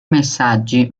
messaggi